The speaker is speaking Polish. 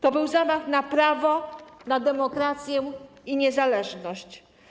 To był zamach na prawo, demokrację i niezależność.